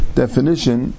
definition